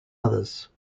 others